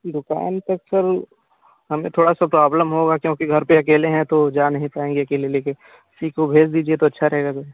दुकान तक सर हमें थोड़ा सा प्रॉब्लम होगा क्योंकि घर पर अकेले हैं तो जा नहीं पाएँगे अकेले लेकर किसी को भेज दीजिएगा तो अच्छा रहेगा